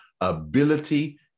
ability